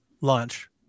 launch